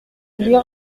les